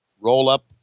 roll-up